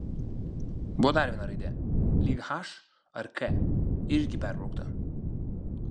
buvo dar viena raidė lyg h ar k irgi perbraukta